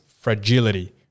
fragility